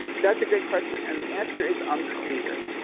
that's a great question. and the answer is unclear